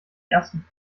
ersten